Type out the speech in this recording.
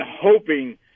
hoping